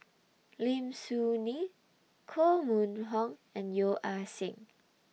Lim Soo Ngee Koh Mun Hong and Yeo Ah Seng